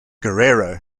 guerrero